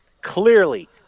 clearly